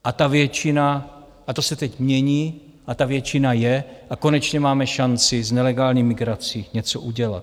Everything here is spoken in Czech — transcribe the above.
A ta většina a to se teď mění ta většina je a konečně máme šanci s nelegální migrací něco udělat.